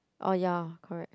orh ya correct